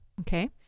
Okay